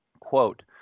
quote